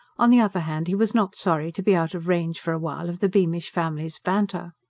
on the other hand, he was not sorry to be out of range for a while of the beamish family's banter.